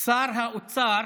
שר האוצר